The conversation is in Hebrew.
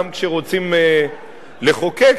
גם כשרוצים לחוקק,